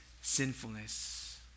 sinfulness